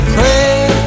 Pray